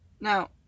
Now